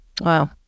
Wow